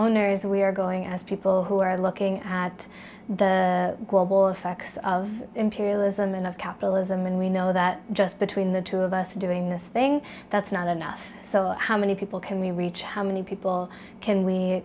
owners we are going as people who are looking at the global effects of imperialism and of capitalism and we know that just between the two of us doing this thing that's not enough so how many people can we reach how many people can we